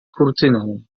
kurtyną